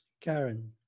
Karen